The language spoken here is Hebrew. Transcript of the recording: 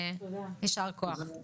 יישר כוח.